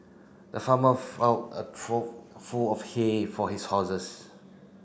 the farmer a trough full of hay for his horses